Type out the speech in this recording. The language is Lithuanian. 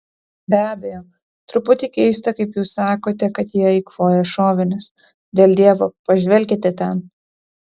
be abejo truputį keista kaip jūs sakote kad jie eikvoja šovinius dėl dievo pažvelkite ten